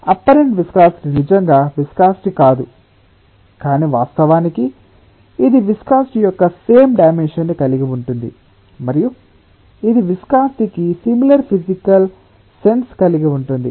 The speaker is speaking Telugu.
అప్పరెంట్ విస్కాసిటి నిజంగా విస్కాసిటి కాదు కానీ వాస్తవానికి ఇది విస్కాసిటి యొక్క సేమ్ డైమెన్షన్ ని కలిగి ఉంటుంది మరియు ఇది విస్కాసిటి కి సిమిలర్ ఫిసికల్ సెన్స్ కలిగి ఉంటుంది